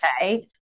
okay